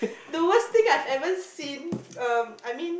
the worst thing I've ever seen um I mean